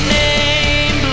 name